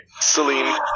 celine